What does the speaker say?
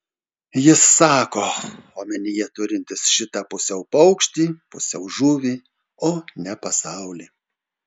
jis sako omenyje turintis šitą pusiau paukštį pusiau žuvį o ne pasaulį